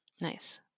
Nice